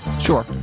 Sure